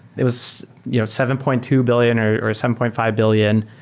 it was you know seven point two billion or or seven point five billion.